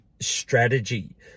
strategy